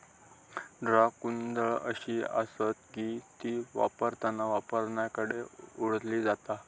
draw कुदळ अशी आसता की ती वापरताना वापरणाऱ्याकडे ओढली जाता